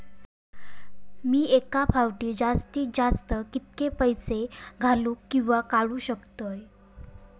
मी एका फाउटी जास्तीत जास्त कितके पैसे घालूक किवा काडूक शकतय?